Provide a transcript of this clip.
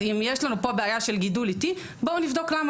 אז אם יש לנו פה בעיה של גידול איטי בואו נבדוק למה,